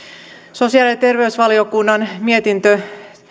sosiaali ja terveysvaliokunnan mietintö